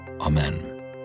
Amen